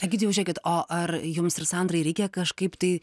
egidijau žiekit o ar jums ir sandrai reikia kažkaip tai